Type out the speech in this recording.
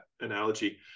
analogy